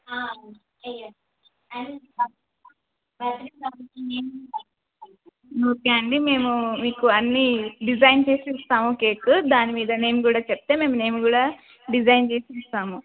ఆ చేయండి ఓకే అండి మేము మీకు అన్ని డిజైన్ చేసి ఇస్తాము కేక్ దాని మీద నేమ్ కూడా చెప్తే మేము నేమ్ కూడా డిజైన్ చేసి ఇస్తాము